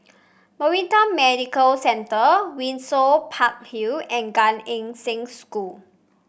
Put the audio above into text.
Maritime Medical Centre Windsor Park Hill and Gan Eng Seng School